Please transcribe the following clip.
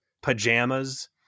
pajamas